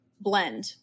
blend